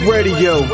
Radio